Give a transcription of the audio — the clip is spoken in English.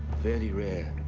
very rare.